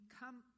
come